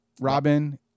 Robin